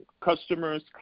customers